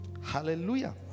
hallelujah